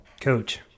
Coach